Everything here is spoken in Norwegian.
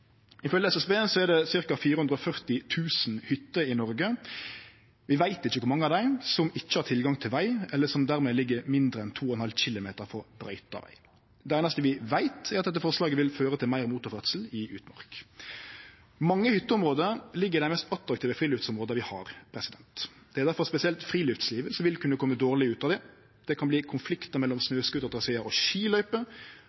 Ifølge SSB er det ca. 440 000 hytter i Noreg. Vi veit ikkje kor mange av dei som ikkje har tilgang til veg, eller som dermed ligg mindre enn 2,5 km frå brøyta veg. Det einaste vi veit, er at dette forslaget vil føre til meir motorferdsel i utmark. Mange hytteområde ligg i dei mest attraktive friluftsområda vi har. Det er derfor spesielt friluftslivet som vil kunne kome dårlig ut av det. Det kan bli konfliktar mellom